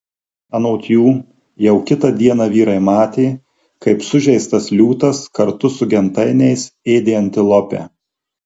anot jų jau kitą dieną vyrai matė kaip sužeistas liūtas kartu su gentainiais ėdė antilopę